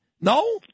No